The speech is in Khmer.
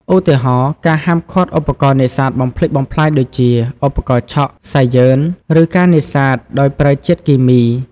ឧទាហរណ៍ ការហាមឃាត់ឧបករណ៍នេសាទបំផ្លិចបំផ្លាញដូចជា ឧបករណ៍ឆក់ សៃយឺន ឬការនេសាទដោយប្រើជាតិគីមី។